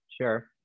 Sure